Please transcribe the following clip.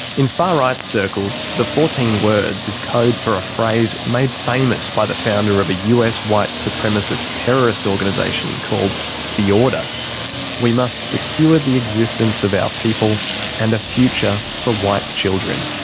in far-right circles, the fourteen words is code for a phrase made famous by the founder of a us white supremacist terrorist organisation called the order order we must secure the existence of our people and a future for white children.